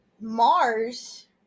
Mars